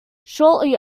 shortly